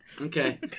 Okay